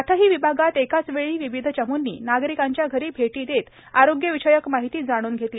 आठही झोनमध्ये एकाच वेळी विविध चमूने नागरिकांच्या घरी भेटी देत आरोग्यविषयक माहिती जाणून घेतली